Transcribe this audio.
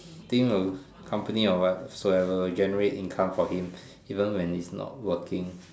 think will company or whatsoever generate income for him even when it's not working